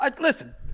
Listen